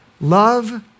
love